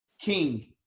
King